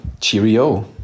cheerio